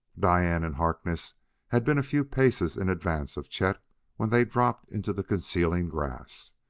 diane and harkness had been a few paces in advance of chet when they dropped into the concealing grass.